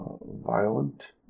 violent